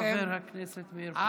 חבר הכנסת מאיר פרוש.